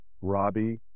Robbie